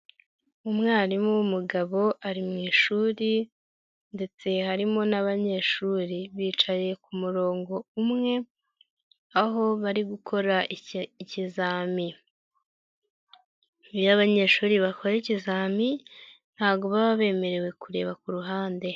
Umwarimu w'umugabo ari mu ishuri ndetse harimo n'abanyeshuri. Bicaye ku murongo umwe, aho bari gukora ikizami. Iyo abanyeshuri bakora ikizami, ntago baba bemerewe kureba ku ruhande.